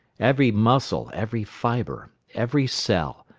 every muscle, every fibre, every cell,